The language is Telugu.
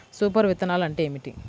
సూపర్ విత్తనాలు అంటే ఏమిటి?